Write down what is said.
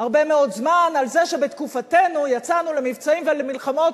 הרבה מאוד זמן על זה שבתקופתנו יצאנו למבצעים ולמלחמות.